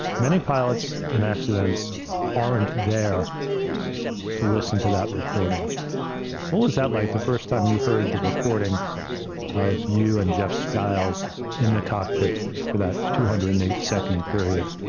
many pilots in accidents aren't there to listen to that recording. what was that like the first time you heard the recording of you and jeff skiles in the cockpit for that two hundred and eight second period?